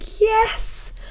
Yes